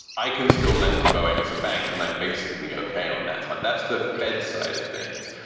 i can still lend to boeing as a bank. and i'm basically okay on that front. that's the fed's side of things.